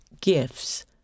gifts